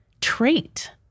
trait